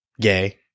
gay